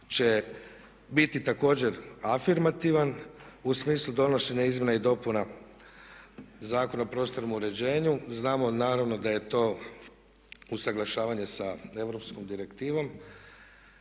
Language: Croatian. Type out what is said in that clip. će biti također afirmativan u smislu donošenja izmjena i dopuna Zakona o prostornom uređenju. Znamo naravno da je to usaglašavanje sa europskom direktivom